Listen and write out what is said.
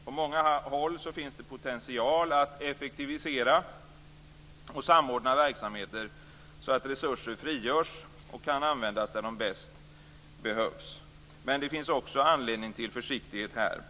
På många håll finns det potential att effektivisera och samordna verksamheter så att resurser frigörs och kan användas där de bäst behövs. Men det finns också anledning till försiktighet här.